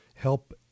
Help